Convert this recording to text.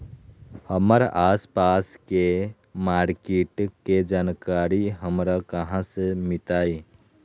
हमर आसपास के मार्किट के जानकारी हमरा कहाँ से मिताई?